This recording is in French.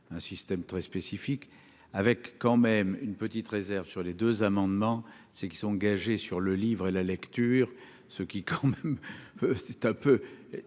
un système très spécifique, avec quand même une petite réserve sur les deux amendements c'est qui sont engagés sur le livre et la lecture, ce qui quand même, c'est un peu